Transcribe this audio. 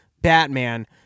Batman